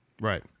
Right